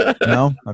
no